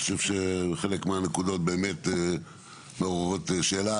אני חושב שחלק מהנקודות באמת מעוררות שאלה,